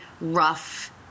rough